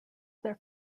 their